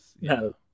no